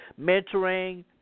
mentoring